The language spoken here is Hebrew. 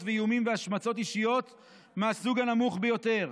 ואיומים והשמצות אישיות מהסוג הנמוך ביותר.